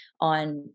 on